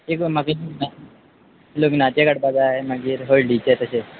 एक म्हाका लग्नाचे काडपा जाय मागीर हळदीचे तशें